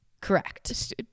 correct